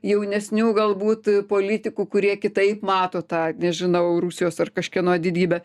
jaunesnių galbūt politikų kurie kitaip mato tą nežinau rusijos ar kažkieno didybę